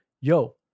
yo